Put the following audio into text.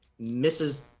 Mrs